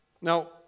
Now